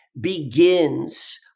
begins